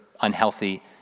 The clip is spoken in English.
unhealthy